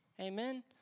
Amen